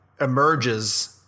emerges –